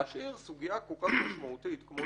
להשאיר סוגיה כל כך משמעותית כמו